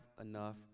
enough